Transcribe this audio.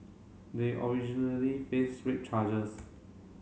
they originally faced rape charges